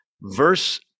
Verse